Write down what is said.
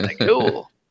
cool